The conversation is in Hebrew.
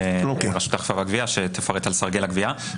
לרשות האכיפה וגבייה שתפרט על סרגל הגבייה.